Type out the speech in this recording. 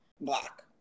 Black